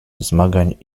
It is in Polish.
zmagań